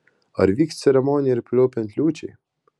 ar vyks ceremonija ir pliaupiant liūčiai